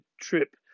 trip